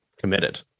committed